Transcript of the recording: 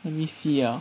let me see ah